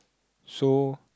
so